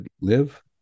live